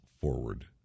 forward